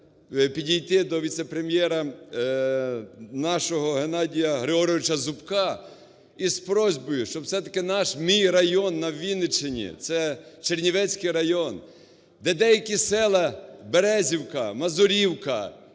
підійти до віце-прем'єра нашого Геннадія Григоровича Зубка із просьбою, щоб все-таки наш, мій район на Вінниччині, це Чернівецький район, де деякі села – Березівка, Мазурівка,